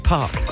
Park